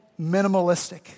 minimalistic